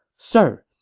sir,